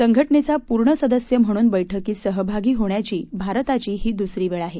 संघटनेचा पूर्ण सदस्य म्हणून बैठकीत सहभागी होण्याची भारताची ही दुसरी वेळ आहे